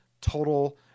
total